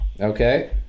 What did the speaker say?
Okay